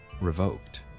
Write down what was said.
revoked